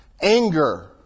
Anger